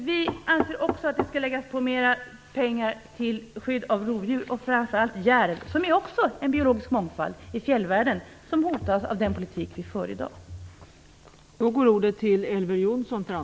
Vi anser också att mer pengar skall tillföras för skydd av rovdjur, framför allt järv, vilken också utgör en biologisk mångfald i fjällvärlden som hotas av den politik som vi för i dag.